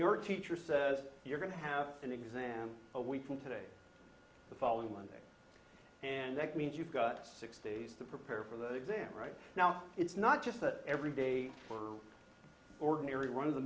your teacher says you're going to have an exam a week from today the following monday and that means you've got six days to prepare for the exam right now it's not just that every day ordinary run